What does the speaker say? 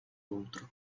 outro